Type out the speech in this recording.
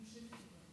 אדוני היושב-ראש,